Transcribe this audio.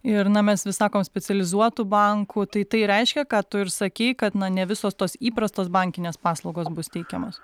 ir na mes vis sakom specializuotų bankų tai tai reiškia ką tu ir sakei kad na ne visos tos įprastos bankinės paslaugos bus teikiamos